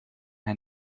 hij